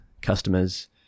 customers